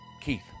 Keith